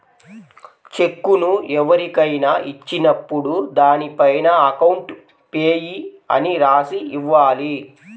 చెక్కును ఎవరికైనా ఇచ్చినప్పుడు దానిపైన అకౌంట్ పేయీ అని రాసి ఇవ్వాలి